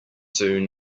soon